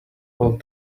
will